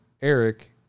Eric